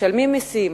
משלמים מסים,